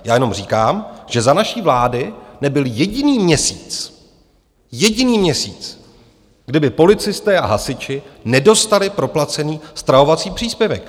Já jenom říkám, že za naší vlády nebyl jediný měsíc, jediný měsíc, kdy by policisté a hasiči nedostali proplacený stravovací příspěvek.